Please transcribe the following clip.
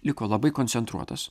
liko labai koncentruotas